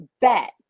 bet